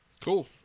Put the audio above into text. Cool